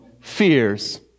fears